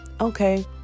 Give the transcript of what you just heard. okay